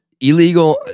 illegal